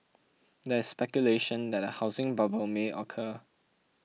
there is speculation that a housing bubble may occur